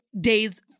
days